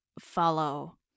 follow